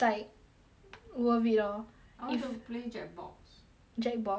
worth it lor if I want to play jack box jack box ya which [one] you like